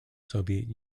soviet